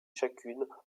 chacune